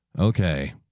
Okay